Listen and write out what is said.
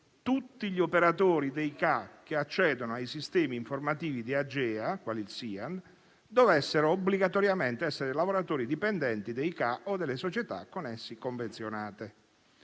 tutti gli operatori dei CAA che accedono ai sistemi informativi di Agea, quali il SIAN, dovranno essere obbligatoriamente lavoratori dipendenti dei CAA o delle società con essi convenzionate.